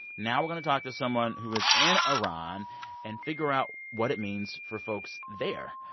now we're going to talk to someone who is in iran and figure out what it means for folks there.